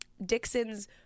Dixon's